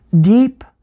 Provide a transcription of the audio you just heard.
deep